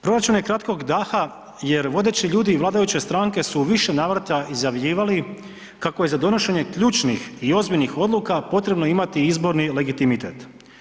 Proračun je kratkog daha jer vodeći ljudi vladajuće stranke su u više navrata izjavljivali kako je za donošenje ključnih i ozbiljnih odluka potrebno imati izborni legitimitet.